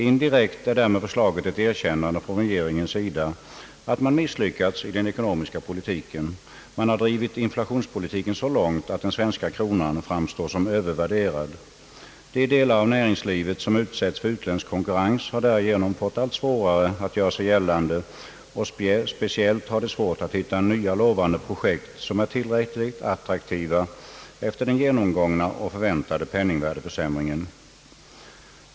Indirekt är därmed förslaget ett erkännande från regeringens sida att man misslyckats i den ekonomiska politiken. Man har drivit inflationspolitiken så långt, att den svenska kronan framstår som övervärderad. De delar av näringslivet som utsätts för utländsk konkurrens har därigenom fått allt svårare att göra sig gällande, och speciellt har de svårt att hitta nya lovande projekt som är tillräckligt attraktiva efter den genomgångna och förväntade penningvärdeförsämringen.